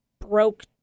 broke